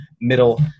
middle